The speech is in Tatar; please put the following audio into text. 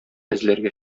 эзләргә